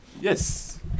Yes